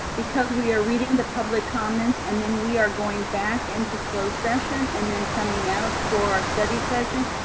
because we are reading the public comments and then we are going back into closed session and then coming out for our study session,